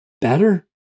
better